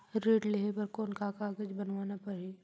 ऋण लेहे बर कौन का कागज बनवाना परही?